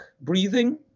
breathing